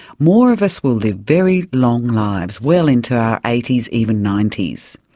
more of us will live very long lives, well into our eighty s, even ninety s.